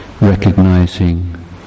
recognizing